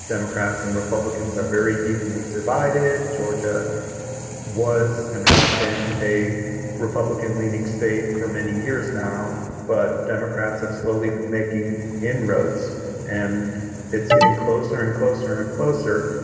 democrats and republicans are very evenly divided. georgia was and has been a republican leaning state for many years now. but democrats have slowly been making inroads and it's getting closer and closer and closer.